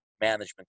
management